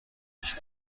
پیش